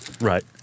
Right